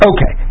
Okay